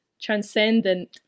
transcendent